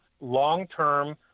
long-term